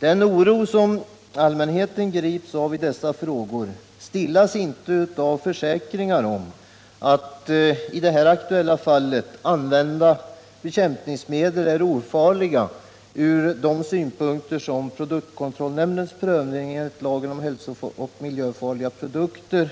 Den oro som allmänheten grips av i dessa frågor stillas inte med försäkringar om att de i det aktuella fallet använda bekämpningsmedlen är ofarliga från de synpunkter som produktkontrollnämndens prövning enligt lagen om hälsooch miljöfarliga produkter